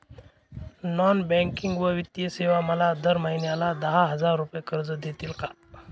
Non banking व वित्तीय सेवा मला दर महिन्याला दहा हजार रुपये कर्ज देतील का?